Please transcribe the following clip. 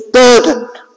burdened